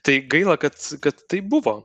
tai gaila kad kad taip buvo